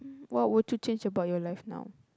what would you change about your life now